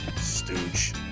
Stooge